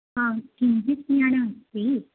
आम् किञ्चित् ज्ञानम् अस्ति